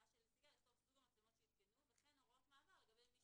"...סוג המצלמות שיותקנו וכן הוראות מעבר לגבי מי